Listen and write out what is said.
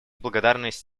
благодарность